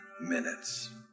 minutes